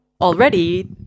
already